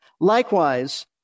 Likewise